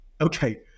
Okay